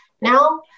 now